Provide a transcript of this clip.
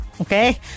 Okay